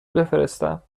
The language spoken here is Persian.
بفرستم